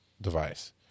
device